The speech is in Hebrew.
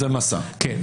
כן.